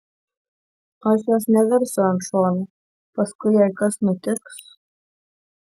aš jos neversiu ant šono paskui jei kas nutiks